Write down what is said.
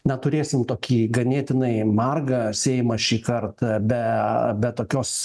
na turėsim tokį ganėtinai margą seimą šįkart be be tokios